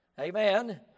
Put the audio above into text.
Amen